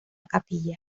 capilla